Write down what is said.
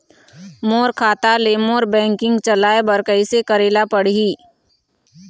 मोर खाता ले मोर बैंकिंग चलाए बर कइसे करेला पढ़ही?